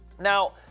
Now